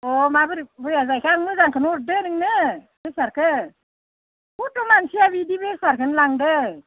अह माबोरै बया जाहैखो आं मोजांखौनो हरदों नोंनो बेफारखो खथ' मानसिया बिदि बेफारखौनो लांदों